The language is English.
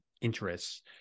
interests